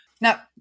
Now